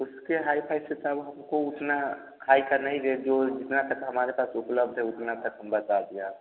उसके hi fi से साहब हमको उतना हाई का नहीं दें जो जितना तक हमारे पास उपलब्ध है उतना तक हम बता दिया आपको